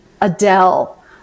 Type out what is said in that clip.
Adele